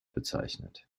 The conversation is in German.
bezeichnet